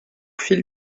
fil